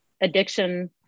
addiction